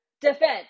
defense